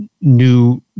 new